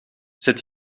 zet